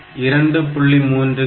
3 க்கு port 2